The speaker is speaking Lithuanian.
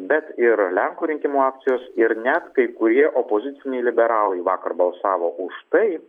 bet ir lenkų rinkimų akcijos ir net kai kurie opoziciniai liberalai vakar balsavo už tai